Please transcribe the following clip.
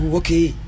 okay